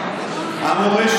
התרבות